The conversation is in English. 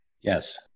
Yes